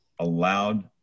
allowed